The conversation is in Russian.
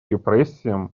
репрессиям